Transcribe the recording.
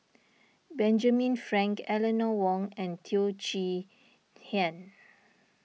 Benjamin Frank Eleanor Wong and Teo Chee Hean